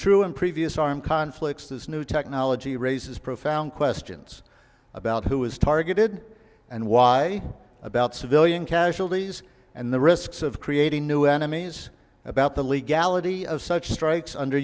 true in previous armed conflicts this new technology raises profound questions about who is targeted and why about civilian casualties and the risks of creating new enemies about the legality of such strikes under